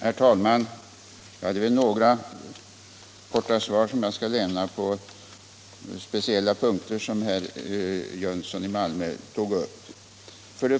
Herr talman! Jag skall lämna några korta svar på speciella punkter som herr Jönsson i Malmö tog upp.